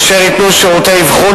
אשר ייתנו שירותי אבחון,